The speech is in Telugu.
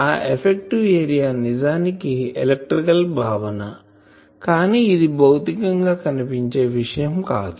ఆ ఎఫెక్టివ్ ఏరియా నిజానికి ఎలక్ట్రికల్ భావన కానీ ఇది భౌతికం గా కనిపించే విషయం కాదు